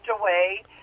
away